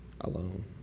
alone